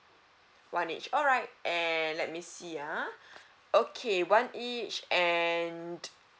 one each alright and let me see ah okay one each and